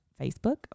Facebook